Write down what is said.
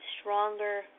stronger